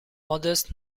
modest